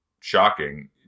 shocking